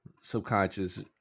subconscious